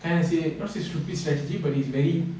kind of say not say stupid strategy but it's very